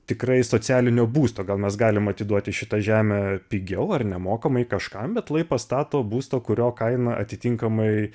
tikrai socialinio būsto gal mes galim atiduoti šitą žemę pigiau ar nemokamai kažkam bet lai pastato būsto kurio kaina atitinkamai